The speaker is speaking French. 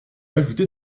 ajouté